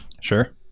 Sure